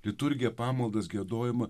liturgiją pamaldas giedojimą